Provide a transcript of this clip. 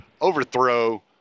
overthrow